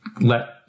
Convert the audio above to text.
let